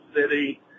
City